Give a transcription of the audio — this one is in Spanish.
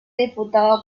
diputado